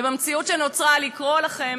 ובמציאות שנוצרה לקרוא לכם